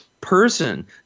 person